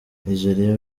nigeria